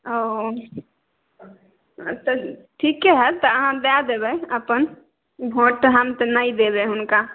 ओ तऽ ठीके हइ तऽ अहाँ दऽ देबै अपन भोट हम तऽ नहि देबै हुनका